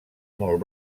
molt